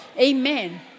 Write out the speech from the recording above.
Amen